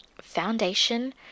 foundation